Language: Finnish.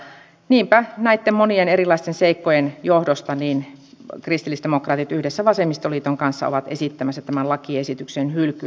niinpä näitten monien erilaisten seikkojen johdosta kristillisdemokraatit yhdessä vasemmistoliiton kanssa ovat esittämässä tämän lakiesityksen hylkyä